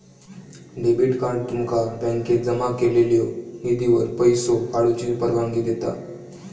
debit card तुमका बँकेत जमा केलेल्यो निधीवर पैसो काढूची परवानगी देता